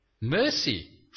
Mercy